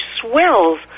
swells